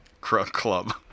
Club